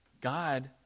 God